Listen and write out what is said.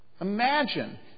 Imagine